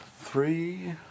three